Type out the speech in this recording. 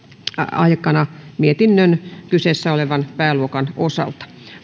aikana mietinnön kyseessä olevan pääluokan osalta